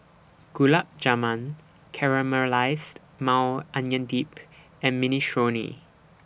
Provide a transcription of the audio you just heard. Gulab Jamun Caramelized Maui Onion Dip and Minestrone